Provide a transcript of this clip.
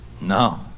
no